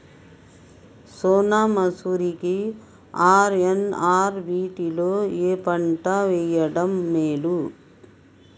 సోనా మాషురి కి ఆర్.ఎన్.ఆర్ వీటిలో ఏ పంట వెయ్యడం మేలు?